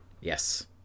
Yes